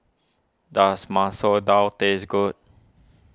does Masoor Dal taste good